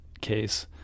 case